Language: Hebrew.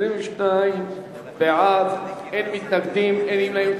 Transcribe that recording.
22 בעד, אין מתנגדים, אין נמנעים.